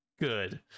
Good